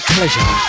pleasure